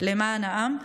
למען העם.